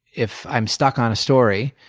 if i'm stuck on a story,